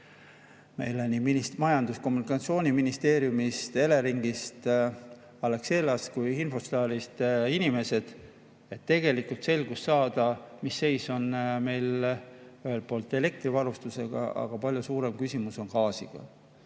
inimesi nii Majandus- ja Kommunikatsiooniministeeriumist, Eleringist, Alexelast kui Infortarist, et tegelikult selgust saada, mis seis on meil ühelt poolt elektrivarustusega, aga palju suurem küsimus on gaasiga.